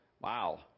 wow